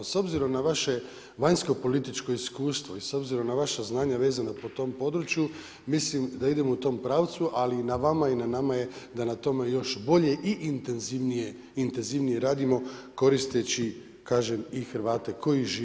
S obzirom na vaše vanjsko-političko iskustvo i s obzirom na vaša znanja vezana po tom području mislim da idemo u tom pravcu, ali i na vama i na nama je da na tome još bolje i intenzivnije radimo koristeći kažem i Hrvate koji žive u Kanadi.